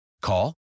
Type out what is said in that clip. Call